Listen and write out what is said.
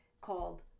called